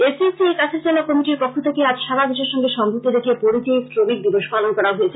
S U C I Cachar জেলা কমিটির পক্ষ থেকে আজ সারা দেশের সঙ্গে সঙ্গতি রেখে পরিযায়ী শ্রমিক দিবস পালন করা হয়েছে